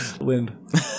Wind